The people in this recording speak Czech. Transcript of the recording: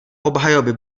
obhajoby